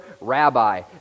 rabbi